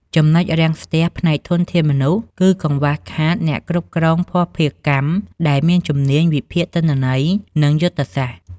ចំណុចរាំងស្ទះផ្នែកធនធានមនុស្ស គឺកង្វះខាតអ្នកគ្រប់គ្រងភស្តុភារកម្មដែលមានជំនាញវិភាគទិន្នន័យ និងយុទ្ធសាស្ត្រ។